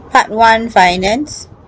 part one finance